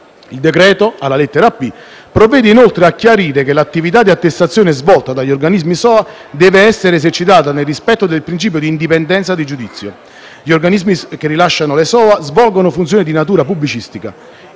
Il decreto, alla lettera *p)*, provvede inoltre a chiarire che l'attività di attestazione svolta dagli organismi SOA deve essere esercitata nel rispetto del principio di indipendenza di giudizio. Gli organismi che rilasciano le SOA svolgono funzioni di natura pubblicistica.